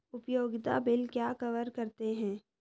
उपयोगिता बिल क्या कवर करते हैं?